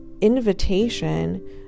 invitation